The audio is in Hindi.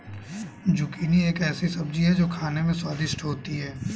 जुकिनी एक ऐसी सब्जी है जो खाने में स्वादिष्ट होती है